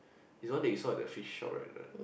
is the one you saw at the fish shop right